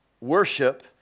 worship